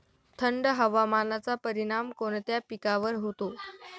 थंड हवामानाचा परिणाम कोणत्या पिकावर होतो?